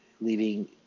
Leaving